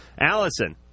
allison